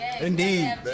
indeed